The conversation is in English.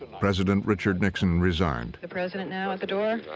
president richard nixon resigned. the president now at the door.